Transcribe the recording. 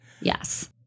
yes